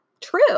true